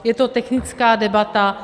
Je to technická debata.